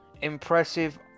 impressive